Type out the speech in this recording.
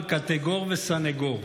על קטגור וסנגור.